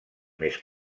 més